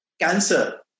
cancer